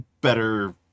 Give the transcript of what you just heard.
better